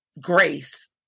grace